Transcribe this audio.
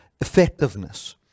effectiveness